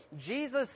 Jesus